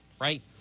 right